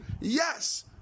yes